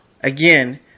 again